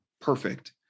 perfect